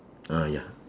ah ya